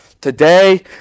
Today